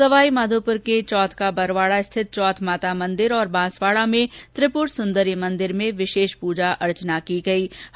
सवाई माधोपुर के चौथ का बरवाड़ा स्थित चौथ माता मंदिर और बांसवाड़ा में त्रिपुर सुंदरी मंदिर में विशेष पूजा अर्चना की जा रही है